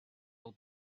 will